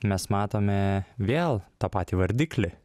mes matome vėl tą patį vardiklį